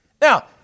Now